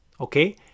okay